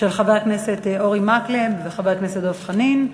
של חבר הכנסת אורי מקלב וחבר הכנסת דב חנין.